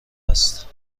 هست